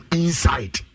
inside